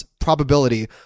probability